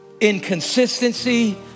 inconsistency